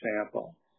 example